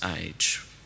age